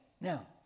Now